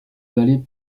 vallée